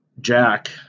Jack